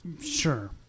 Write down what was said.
Sure